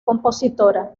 compositora